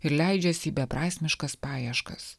ir leidžiasi į beprasmiškas paieškas